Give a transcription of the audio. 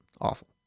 awful